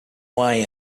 way